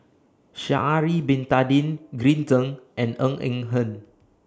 Sha'Ari Bin Tadin Green Zeng and Ng Eng Hen